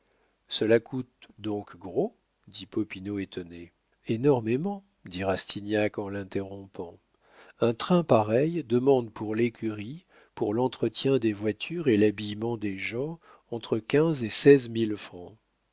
cela coûte donc gros dit popinot étonné énormément dit rastignac en l'interrompant un train pareil demande pour l'écurie pour l'entretien des voitures et l'habillement des gens entre quinze et seize mille francs